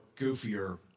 goofier